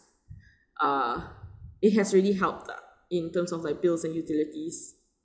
uh it has really helped uh in terms of like bills and utilities